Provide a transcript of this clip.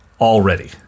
already